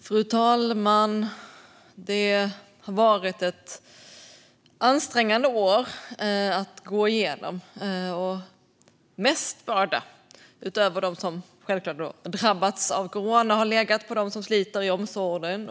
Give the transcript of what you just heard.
Fru talman! Det har varit ett ansträngande år att gå igenom. Den största bördan har legat på dem som sliter i omsorgen och vården - naturligtvis utöver dem som drabbats av corona.